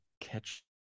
catch